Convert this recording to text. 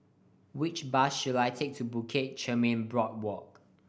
which bus should I take to Bukit Chermin Boardwalk